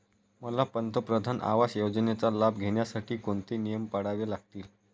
मला पंतप्रधान आवास योजनेचा लाभ घेण्यासाठी कोणते नियम पाळावे लागतील?